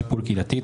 טיפול קהילתי,